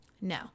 no